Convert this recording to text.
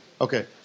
okay